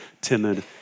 timid